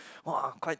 !wah! I'm quite